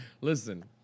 Listen